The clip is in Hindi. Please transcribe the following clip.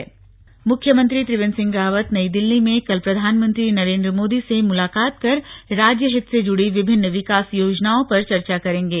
मुलाकात मुख्यमंत्री त्रिवेन्द्र सिंह रावत नई दिल्ली में कल प्रधानमंत्री नरेन्द्र मोदी से मुलाकात कर राज्य हित से जुड़ी विभिन्न विकास योजनाओं पर चर्चा करेंगे